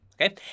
Okay